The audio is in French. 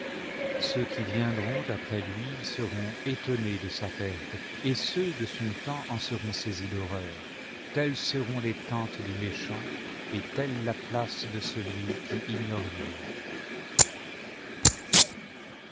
ceux qui viendront après lui seront étonnés de sa perte et ceux de sou temps en seront saisis d'horreur tels seront les tentes du méchant et telle la place de celui qui ignore dieu